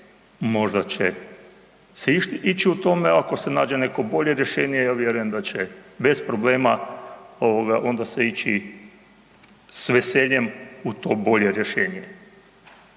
možda će se ići u tome, ako se nađe neko bolje rješenje, ja vjerujem da će bez problema onda se ići s veseljem u to bolje rješenje.